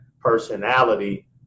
personality